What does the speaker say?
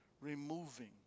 removing